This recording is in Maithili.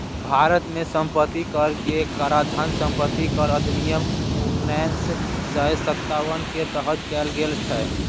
भारत मे संपत्ति कर के काराधान संपत्ति कर अधिनियम उन्नैस सय सत्तावन के तहत कैल गेल छै